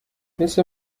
مثل